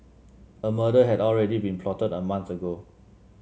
a murder had already been plotted a month ago